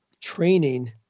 training